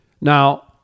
Now